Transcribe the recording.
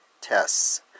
tests